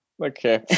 Okay